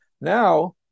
Now